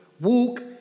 Walk